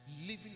living